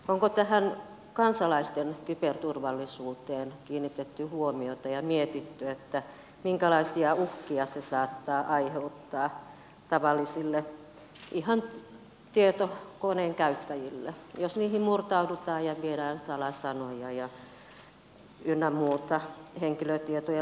onko tähän kansalaisten kyberturvallisuuteen kiinnitetty huomiota ja mietitty minkälaisia uhkia se saattaa aiheuttaa ihan tavallisille tietokoneen käyttäjille jos koneisiin murtaudutaan ja viedään salasanoja ynnä muuta henkilötietoja luottokorttitietoja